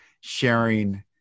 sharing